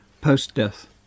post-death